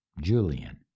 Julian